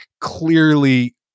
clearly